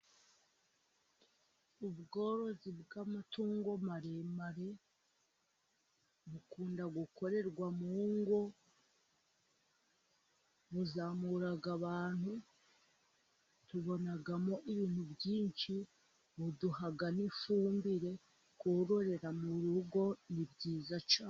Ubworozi bw'amatungo maremare bukunda gukorerwa mu ngo, buzamura abantu, tubonamo ibintu byinshi, buduha n'ifumbire, kororera mu rugo ni byiza cyane.